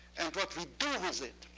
and what we do with it,